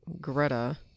Greta